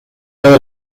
todo